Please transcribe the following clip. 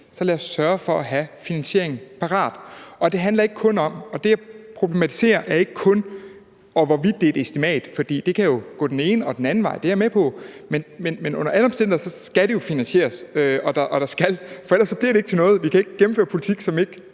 så lad os sørge for at have finansieringen parat. Det, jeg problematiserer, er ikke kun, hvorvidt det er et estimat, for det kan gå den ene eller den anden vej, det er jeg med på. Men under alle omstændigheder skal det jo finansieres, for ellers bliver det ikke til noget. Vi kan ikke gennemføre politik, som vi ikke